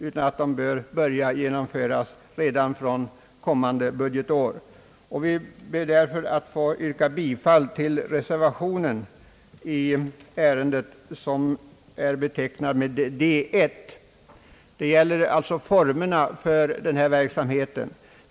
Åtgärder bör vidtagas redan kommande budgetår. Jag ber därför, herr talman, att få yrka bifall till reservation 1, som gäller utformningen av ungdomsorganisationernas verksamhet.